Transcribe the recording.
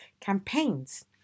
campaigns